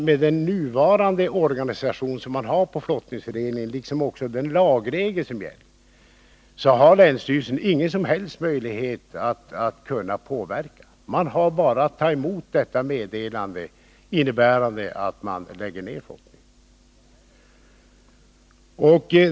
Med den nuvarande organisationen av flottningsföreningarna och med den lagregel som gäller har länsstyrelserna, som Olle Östrand säger, ingen möjlighet att påverka detta. De har bara att ta emot meddelandet att man lägger ner flottningen.